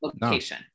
location